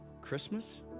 Christmas